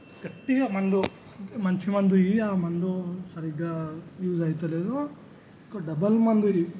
గట్టిగా మందు అంటే మంచి మందు ఇయ్యి ఆ మందు సరిగ్గా యూజ్ అయితలేదు ఒక డబుల్ మందు